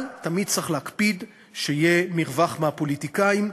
אבל תמיד צריך להקפיד שיהיה מרווח מהפוליטיקאים,